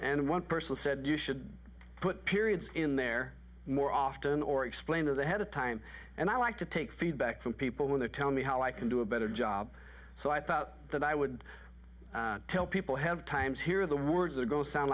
and one person said you should put periods in there more often or explain that ahead of time and i like to take feedback from people when they tell me how i can do a better job so i thought that i would tell people have times hear the words or go sound